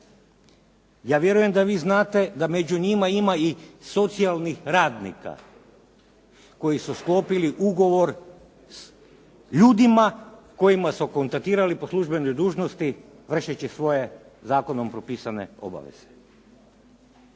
Ja vjerujem da vi znate da među njima i socijalnih radnika koji su sklopili ugovor s ljudima s kojima su kontaktirali po službenoj dužnosti vršeći svoje zakonom propisane obaveze,